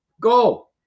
Go